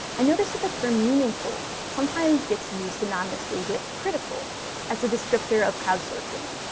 i noticed that the term meaningful sometimes gets used synonymously with critical as a descriptor of crowdsourcing.